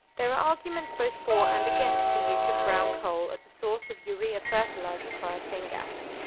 there are arguments both for and against the use of brown coal as a source of urea fertilisers via syn gas.